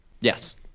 Yes